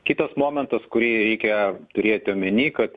kitas momentas kurį reikia turėti omeny kad